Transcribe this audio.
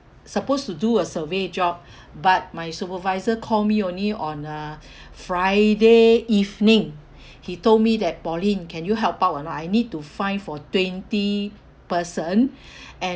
supposed to do a survey job but my supervisor call me only on uh friday evening he told me that pauline can you help out or not I need to find for twenty person and